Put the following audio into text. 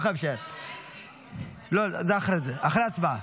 אחרי ההצבעה.